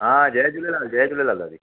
हा जय झूलेलाल जय झूलेलाल दादी